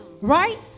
Right